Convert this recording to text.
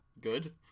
good